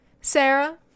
Sarah